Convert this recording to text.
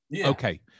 Okay